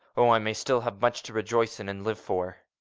oh, i may still have much to rejoice in and live for